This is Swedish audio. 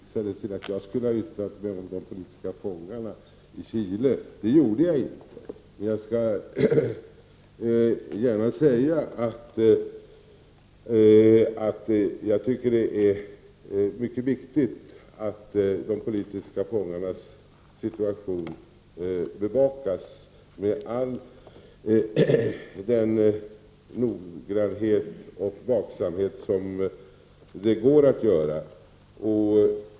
Fru talman! Rolf Nilson hänvisade till att jag skulle ha yttrat mig om de politiska fångarna i Chile. Det gjorde jag inte. Men jag tycker att det är mycket viktigt att de politiska fångarnas situation bevakas med all den noggrannhet och vaksamhet som är möjlig.